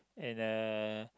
and uh